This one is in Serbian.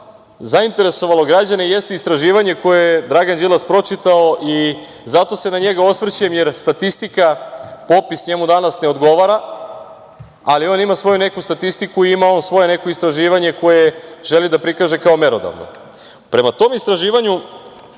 zainteresovalo građane jeste istraživanje koje je Dragan Đilas pročitao i zato se na njega osvrćem, jer statistika, popis njemu danas ne odgovara, ali on ima svoju neku statistiku i ima on neko svoje istraživanje koje želi da prikaže kao merodavno. Prema tom istraživanju